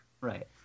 Right